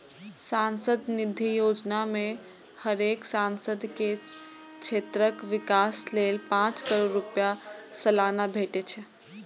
सांसद निधि योजना मे हरेक सांसद के क्षेत्रक विकास लेल पांच करोड़ रुपैया सलाना भेटे छै